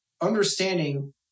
understanding